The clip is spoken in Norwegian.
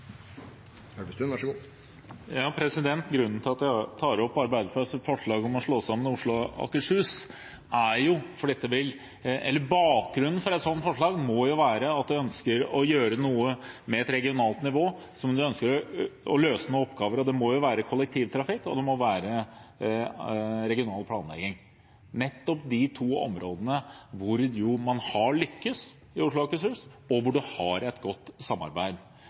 Grunnen til at jeg tar opp Arbeiderpartiets forslag om å slå sammen Oslo og Akershus, er: Bakgrunnen for et sånt forslag må jo være at de ønsker å gjøre noe med et regionalt nivå, som de ønsker å fylle med oppgaver. Det må dreie seg om kollektivtrafikk og regional planlegging – nettopp de to områdene man har lyktes med i Oslo og Akershus, og hvor man har et godt samarbeid.